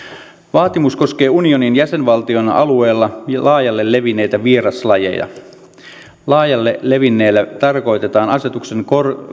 vaatimus koskee unionin jäsenvaltion alueella jo laajalle levinneitä vieraslajeja laajalle levinneellä tarkoitetaan asetuksen